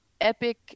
epic